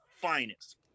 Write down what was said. finest